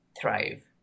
thrive